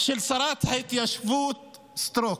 של שרת ההתיישבות סטרוק.